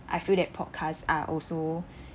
I feel that podcast are also